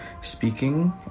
speaking